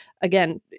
Again